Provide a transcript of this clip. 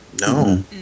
No